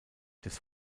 des